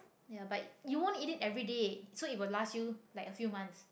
ya but you won't eat it everyday so it will last you like a few months